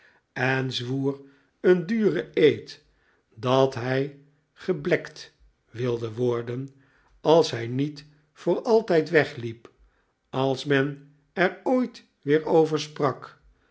zwoer een dufen eed dat hij geblekt wilde worden als hij niet voor altijd wegliep als men er ooit weer over sprak